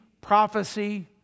prophecy